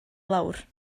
lawr